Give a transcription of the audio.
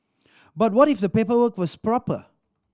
but what if the paperwork was proper